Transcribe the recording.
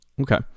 Okay